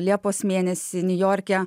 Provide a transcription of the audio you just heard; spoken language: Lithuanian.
liepos mėnesį niujorke